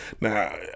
Now